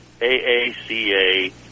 AACA